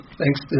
thanks